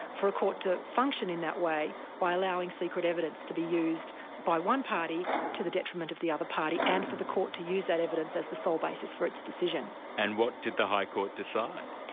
for a court to function in that way by allowing secret evidence to be used by one party to the detriment of the other party, and for the court to use that evidence as the sole basis for its decision. and what did the high court decide?